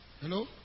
Hello